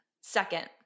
Second